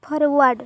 forward